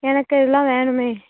எனக்கு இதெலாம் வேணுமே